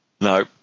No